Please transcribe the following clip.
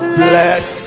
bless